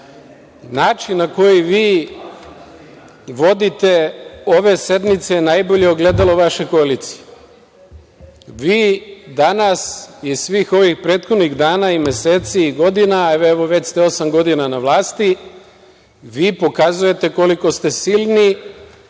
27.Način na koji vi vodite ove sednice najbolje je ogledalo vaše koalicije. Vi danas i svih ovih prethodnih dana, meseci i godina, evo već ste osam godina na vlasti, pokazujete koliko ste silni,